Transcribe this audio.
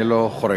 אני לא חורג.